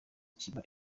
kiba